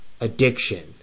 addiction